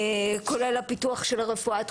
כולל הפיתוח של הרפואה התחומית.